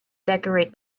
decorate